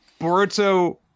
Boruto